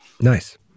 Nice